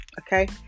okay